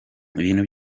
ibintu